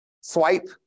swipe